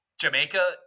Jamaica